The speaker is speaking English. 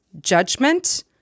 judgment